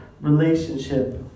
relationship